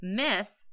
myth